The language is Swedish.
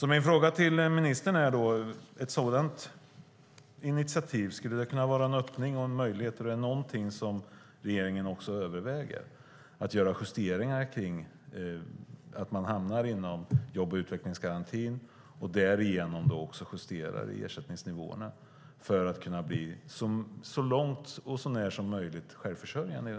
Min fråga till ministern är om ett sådant initiativ skulle kunna vara en öppning och en möjlighet. Är det någonting regeringen också överväger: att göra justeringar kring att man hamnar inom jobb och utvecklingsgarantin, och därigenom också justerar i ersättningsnivåerna, för att människor så långt som möjligt ska kunna bli självförsörjande?